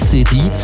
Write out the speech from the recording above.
City